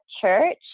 church